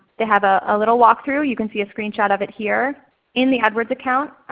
they have ah a little walk-through. you can see a screenshot of it here in the adwords account.